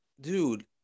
dude